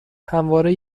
همواره